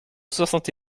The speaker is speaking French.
soixante